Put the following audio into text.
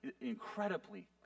incredibly